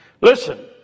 Listen